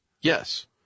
Yes